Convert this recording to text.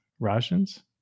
Rajans